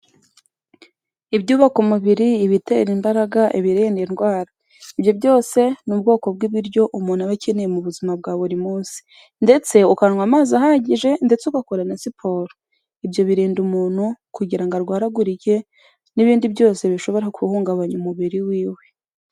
ibyubaka umubiri, ibitera imbaraga, ibirinda indwara, ibyo byose ni ubwoko bw'ibiryo umuntu aba akeneye mu buzima bwa buri munsi ndetse ukanywa amazi ahagije ndetse ugakora na siporo, ibyo birinda umuntu kugira ngo arwaragurike n'ibindi byose bishobora guhungabanya umubiri wiwe